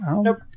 Nope